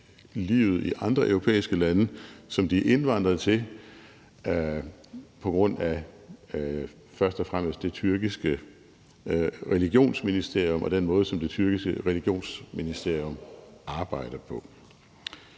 livet i andre europæiske lande, som de er indvandret til på grund af først og fremmest det tyrkiske religionsministerium og den måde, som det tyrkiske religionsministerium arbejder på.